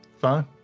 Fine